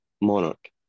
monarch